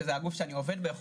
הגוף שאני עובד בו,